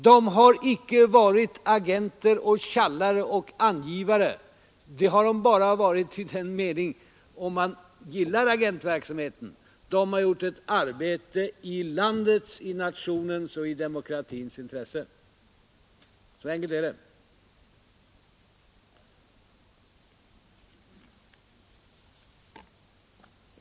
De har inte varit agenter, tjallare och angivare. De har gjort ett arbete i landets, i nationens och i demokratins intresse. Så enkelt är det.